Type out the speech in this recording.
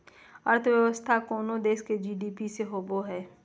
अर्थव्यवस्था कोनो देश के जी.डी.पी से होवो हइ